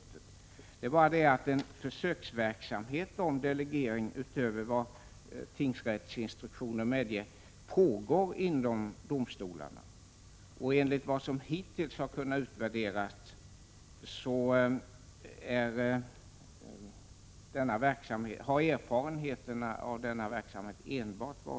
Det är bara det att en försöksverksamhet om delegering utöver vad tingsrättsinstruktionen medger pågår inom domstolarna. Enligt vad som hittills har kunnat utvärderas har erfarenheterna av denna verksamhet varit enbart goda.